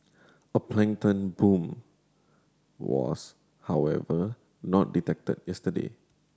a plankton bloom was however not detected yesterday